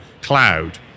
cloud